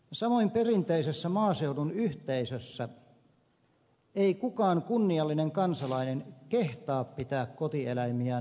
samoin perinteisessä maaseudun yhteisössä ei kukaan kunniallinen kansalainen kehtaa pitää kotieläimiään huonosti